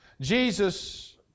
Jesus